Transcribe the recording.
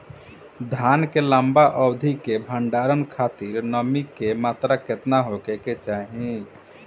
धान के लंबा अवधि क भंडारण खातिर नमी क मात्रा केतना होके के चाही?